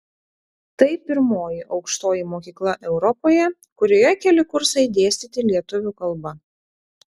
tai pirmoji aukštoji mokykla europoje kurioje keli kursai dėstyti lietuvių kalba